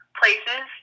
places